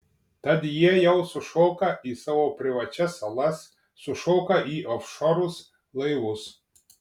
tad jie jau sušoka į savo privačias salas sušoka į ofšorus laivus